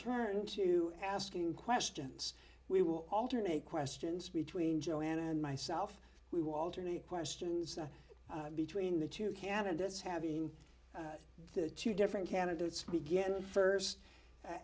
turn to asking questions we will alternate questions between joe and myself we will alternate questions between the two candidates having the two different candidates begin first